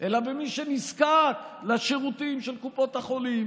אלא במי שנזקק לשירותים של קופות החולים.